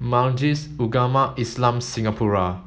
Majlis Ugama Islam Singapura